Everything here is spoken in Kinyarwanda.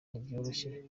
ntibyoroshye